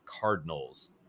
Cardinals